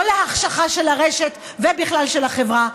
לא להחשכה של הרשת ובכלל של החברה,